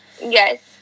yes